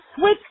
switch